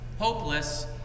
hopeless